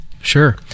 Sure